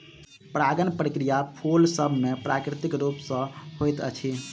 परागण प्रक्रिया फूल सभ मे प्राकृतिक रूप सॅ होइत अछि